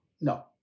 no